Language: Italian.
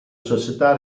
società